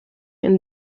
and